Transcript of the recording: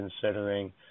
considering